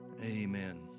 Amen